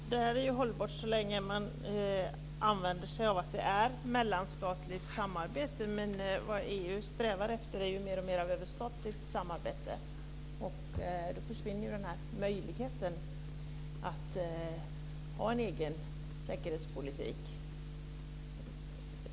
Fru talman! Det här är hållbart så länge EU tilllämpar mellanstatligt samarbete, men vad EU strävar efter är ju mer och mer av överstatligt samarbete. Då försvinner möjligheten att ha en egen säkerhetspolitik.